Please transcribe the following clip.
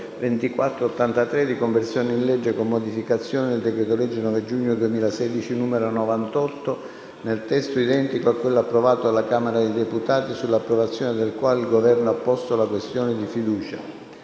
2483, di conversione in legge, con modificazioni, del decreto-legge 9 giugno 2016, n. 98, nel testo approvato dalla Camera dei deputati, sull'approvazione del quale il Governo ha posto la questione di fiducia: